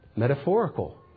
metaphorical